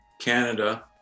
Canada